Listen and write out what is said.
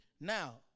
Now